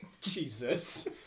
Jesus